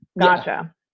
Gotcha